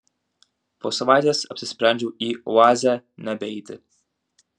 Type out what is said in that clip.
po savaitės apsisprendžiau į oazę nebeiti